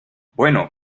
bueno